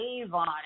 Avon